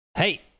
Hey